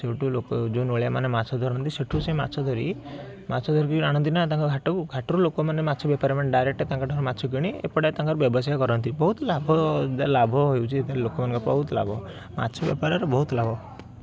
ସେଇଠୁ ଲୋକ ଯେଉଁ ନୋଳିଆ ମାନେ ମାଛ ଧରନ୍ତି ସେଇଠୁ ସେ ମାଛ ଧରି ମାଛ ଧରି ଆଣନ୍ତି ନା ତାଙ୍କ ଘାଟକୁ ଘାଟରୁ ଲୋକମାନେ ମାଛ ବେପାରମାନେ ଡାଇରେକ୍ଟ ତାଙ୍କଠାରୁ ମାଛ କିଣି ଏପଟେ ତାଙ୍କର ବ୍ୟବସାୟ କରନ୍ତି ବହୁତ ଲାଭ ଲାଭ ହେଉଛି ଏଥିରେ ଲୋକମାନଙ୍କ ବହୁତ ଲାଭ ମାଛ ବେପାରରେ ବହୁତ ଲାଭ